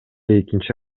экинчи